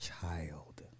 Child